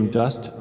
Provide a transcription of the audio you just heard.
dust